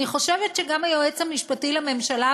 אני חושבת שגם היועץ המשפטי לממשלה,